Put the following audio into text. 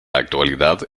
actualidad